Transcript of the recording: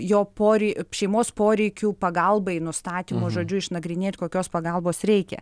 jo porei šeimos poreikių pagalbai nustatymo žodžiu išnagrinėt kokios pagalbos reikia